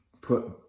put